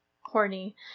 horny